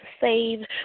save